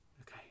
Okay